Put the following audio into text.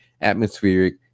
atmospheric